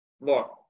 look